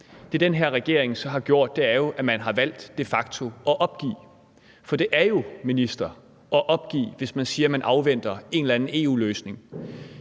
Det, den her regering så har gjort, er jo, at man har valgt de facto at opgive. For jeg vil sige til ministeren, at det jo er at opgive, hvis man siger, man afventer en eller anden EU-løsning: